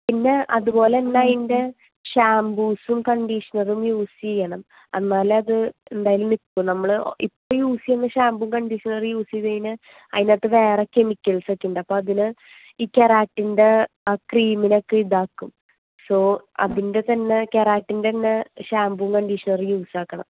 പിന്നെ അതുപോലെത്തന്നെ അതിൻ്റെ ഷാംപൂസും കണ്ടിഷ്ണറും യൂസ് ചെയ്യണം എന്നാലെ അത് എന്തായാലും നിൽക്കൂ നമ്മൾ ഇപ്പോൾ യൂസ് ചെയ്യുന്ന ഷാംപൂം കണ്ടിഷണറും യൂസ് ചെയ്ത് കഴിഞ്ഞാൽ അതിനകത്ത് വേറെ കെമിക്കൽസ് ഒക്കെ ഉണ്ട് അപ്പോൾ അതിൽ ഈ കെരാട്ടിൻ്റെ ആ ക്രീമിനെ ഒക്കെ ഇതാക്കും സൊ അതിൻ്റെ തന്നെ കെരാട്ടിൻ്റെ തന്നെ ഷാംപൂം കണ്ടിഷണറും യൂസ് ആക്കണം